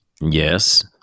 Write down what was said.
Yes